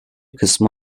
kısmı